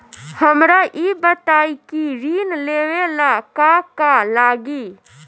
हमरा ई बताई की ऋण लेवे ला का का लागी?